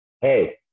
hey